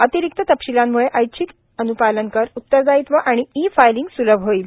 अतिरिक्त तपशीलांमुळे ऐच्छिक अन्पालन कर उत्तरदायित्व आणि ई फाइलिंग स्लभ होईल